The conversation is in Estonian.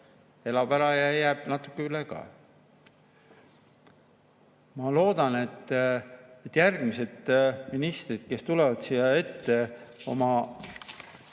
elab ära ja jääb natuke üle ka. Ma loodan, et järgmistel ministritel, kes tulevad siia ettekandega